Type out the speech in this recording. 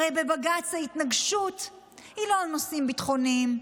הרי בבג"ץ ההתנגשות היא לא על נושאים ביטחוניים.